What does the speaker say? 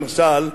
למשל,